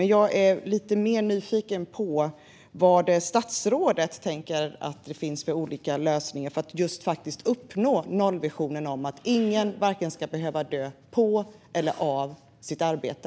Men jag är mer nyfiken på vilka olika lösningar statsrådet tänker att det finns för att uppnå nollvisionen, att ingen ska behöva dö vare sig på eller av sitt arbete.